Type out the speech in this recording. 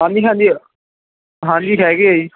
ਹਾਂਜੀ ਹਾਂਜੀ ਹਾਂਜੀ ਹੈਗੇ ਆ ਜੀ